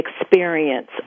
experience